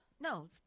No